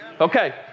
Okay